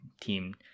team